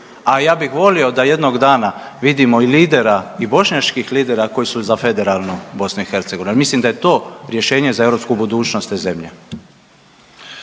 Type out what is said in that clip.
A ja bih volio da jednog dana vidimo i lidera i bošnjačkih lidera koji su za federalnu BiH, ali mislim da je to rješenje za europsku budućnost te zemlje.